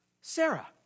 Sarah